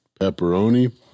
pepperoni